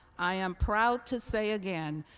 i am proud to say again,